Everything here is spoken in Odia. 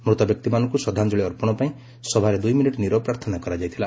ମୃତ ବ୍ୟକ୍ତିମାନଙ୍କୁ ଶ୍ରଦ୍ଧାଞ୍ଚଳି ଅର୍ପଣ ପାଇଁ ସଭାରେ ଦୁଇମିନିଟ୍ ନୀରବ ପ୍ରାର୍ଥନା କରାଯାଇଥିଲା